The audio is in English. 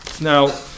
Now